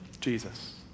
Jesus